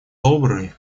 добрый